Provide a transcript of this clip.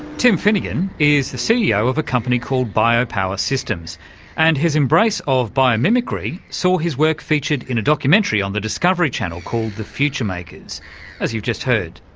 tim finnigan is the ceo of a company called biopower systems and his embrace of biomimicry saw his work featured in a documentary on the discovery channel called the future makers as you've just heard.